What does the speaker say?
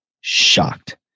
shocked